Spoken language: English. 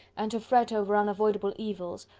and to fret over unavoidable evils,